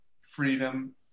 freedom